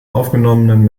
aufgenommenen